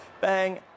Bang